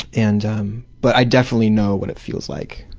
and um but i definitely know what it feels like.